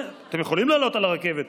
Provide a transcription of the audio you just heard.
אתם יכולים לעלות על הרכבת,